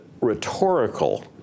rhetorical